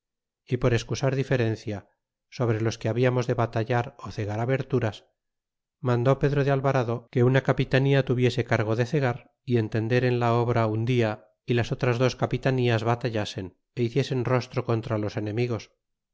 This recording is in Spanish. y por excusar diferencia sobre los que hablarnos de batallar ó cegar aberturas mandó pedro de alvarado que una capitanía tuviese cargo de cegar y entender en la obra un dia y las dos capitanías batallasen é hiciesen rostro contra los enemigos